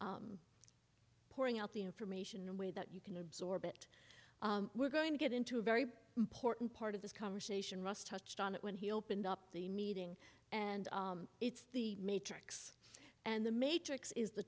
pouring out the information in a way that you can absorb it we're going to get into a very important part of this conversation russ touched on it when he opened up the meeting and it's the matrix and the matrix is the